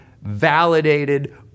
validated